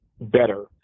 better